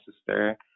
sister